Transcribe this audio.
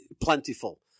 plentiful